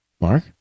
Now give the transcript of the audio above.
Mark